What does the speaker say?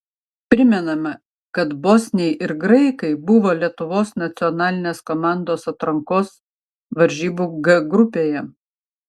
primename kad bosniai ir graikai buvo lietuvos nacionalinės komandos atrankos varžybų g grupėje